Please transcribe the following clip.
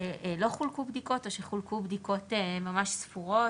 שלא חולקו בדיקות או שחולקו בדיקות ממש ספורות,